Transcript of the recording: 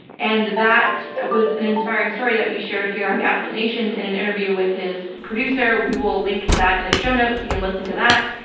and that was an inspiring story that we shared here on gaslit nation in an interview with his producer. we will link to that in the show notes. you can listen to that.